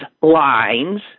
lines